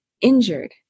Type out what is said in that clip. injured